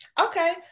Okay